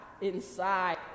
inside